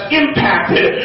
impacted